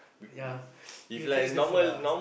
ya you finish the food lah